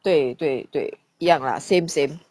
对对对一样 lah same same